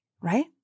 right